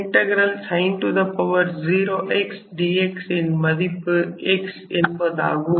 sin 0 x dx ன் மதிப்பு x என்பதாகும்